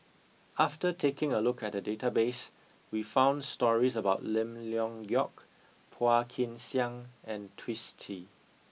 after taking a look at the database we found stories about Lim Leong Geok Phua Kin Siang and Twisstii